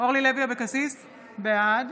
בעד